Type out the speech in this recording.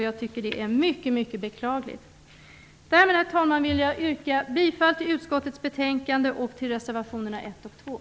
Jag tycker att det är mycket mycket beklagligt. Därmed, herr talman, vill jag yrka bifall till hemställan i utskottets betänkande och till reservationerna 1 och 2.